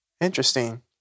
Interesting